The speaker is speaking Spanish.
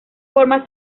forma